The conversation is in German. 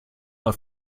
mal